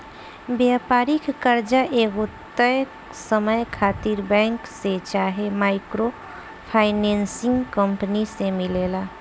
व्यापारिक कर्जा एगो तय समय खातिर बैंक से चाहे माइक्रो फाइनेंसिंग कंपनी से मिलेला